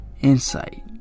Insight